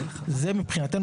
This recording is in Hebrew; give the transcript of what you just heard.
זה מבחינתנו,